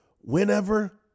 whenever